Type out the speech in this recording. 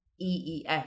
eef